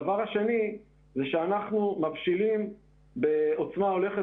הדבר השני זה שאנחנו מבשילים בעוצמה הולכת